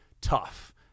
tough